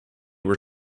were